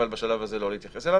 אבל בשלב הזה לא להתייחס אליה.